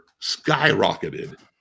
skyrocketed